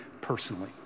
personally